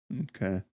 Okay